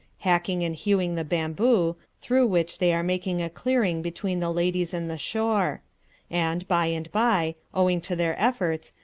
hacking and hewing the bamboo, through which they are making a clearing between the ladies and the shore and by and by, owing to their efforts,